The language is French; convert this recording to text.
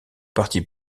partis